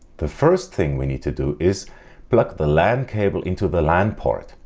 the first thing we need to do is plug the lan cable into the lan port,